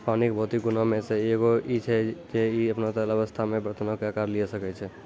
पानी के भौतिक गुणो मे से एगो इ छै जे इ अपनो तरल अवस्था मे बरतनो के अकार लिये सकै छै